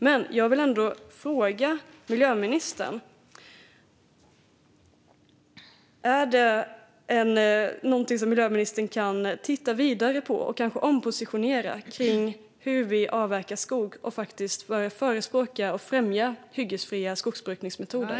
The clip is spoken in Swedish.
Men jag vill ändå fråga miljöministern: Är hur vi avverkar skog någonting som miljöministern kan titta vidare på och kanske ompositionera sig i så att regeringen kan börja förespråka och främja hyggesfria skogsbrukningsmetoder?